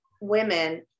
women